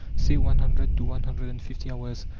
say one hundred to one hundred and fifty hours.